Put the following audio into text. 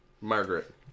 Margaret